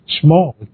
small